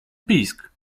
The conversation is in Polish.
pisk